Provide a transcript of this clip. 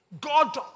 God